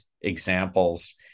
examples